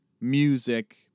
music